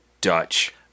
Dutch